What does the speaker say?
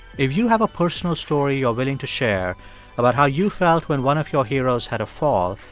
if you have a personal story you are willing to share about how you felt when one of your heroes had a fall,